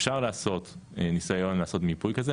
אפשר לעשות ניסיון לעשות מיפוי כזה.